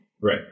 Right